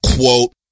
quote